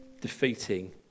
defeating